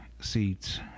seats